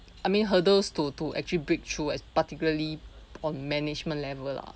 I mean hurdles to to actually breakthrough as particularly on management level lah